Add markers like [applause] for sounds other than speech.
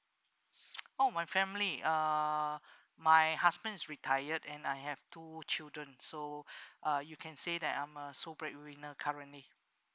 [noise] oh my family uh my husband's retired and I have two children so [breath] uh you can say that I'm a sole bread winner currently